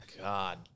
God